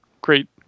Great